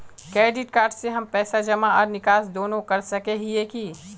Credit card से हम पैसा जमा आर निकाल दोनों कर सके हिये की?